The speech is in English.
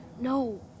No